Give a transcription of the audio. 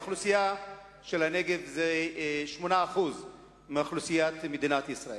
האוכלוסייה של הנגב היא 8% מאוכלוסיית מדינת ישראל.